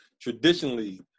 traditionally